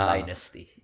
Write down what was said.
Dynasty